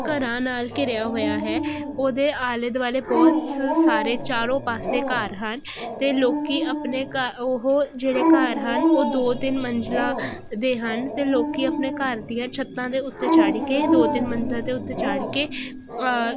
ਘਰਾਂ ਨਾਲ ਘਿਰਿਆ ਹੋਇਆ ਹੈ ਉਹਦੇ ਆਲੇ ਦੁਆਲੇ ਬਹੁਤ ਸਾਰੇ ਚਾਰੋ ਪਾਸੇ ਘਰ ਹਨ ਤੇ ਲੋਕੀਂ ਆਪਣੇ ਘ ਉਹ ਜਿਹੜੇ ਘਰ ਹਨ ਉਹ ਦੋ ਤਿੰਨ ਮੰਜਿਲਾ ਦੇ ਹਨ ਤੇ ਲੋਕੀਂ ਆਪਣੇ ਘਰ ਦੀਆਂ ਛੱਤਾਂ ਦੇ ਉੱਤੇ ਚੜ੍ਹ ਕੇ ਦੋ ਤਿੰਨ ਮੰਜਿਲਾਂ ਦੇ ਉੱਤੇ ਚੜ੍ਹ ਕੇ